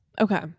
Okay